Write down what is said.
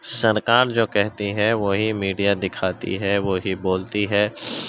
سرکار جو کہتی ہے وہی میڈیا دکھاتی ہے وہی بولتی ہے